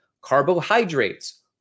Carbohydrates